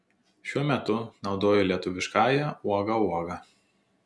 šiuo metu naudoju lietuviškąją uoga uoga